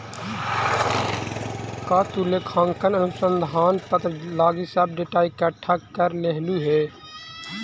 का तु लेखांकन अनुसंधान पत्र लागी सब डेटा इकठ्ठा कर लेलहुं हे?